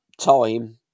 time